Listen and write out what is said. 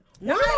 No